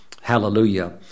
Hallelujah